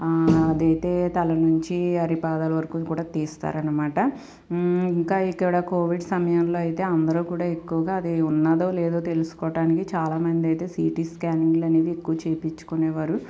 అదైతే తల నుంచి అరి పాదాల వరకూ తీస్తారనమాట ఇంకా ఇక్కడ కోవిడ్ సమయంలో అయితే అందరూ కూడా ఎక్కువగా అది ఉన్నాదో లేదో తెలుసుకోవడానికి చాలామంది అయితే సీటీ స్కానింగ్లు అనేవి ఎక్కువ తీపించుకునేవారు